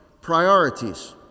priorities